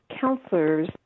counselors